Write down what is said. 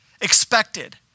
expected